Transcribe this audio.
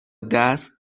دست